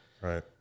Right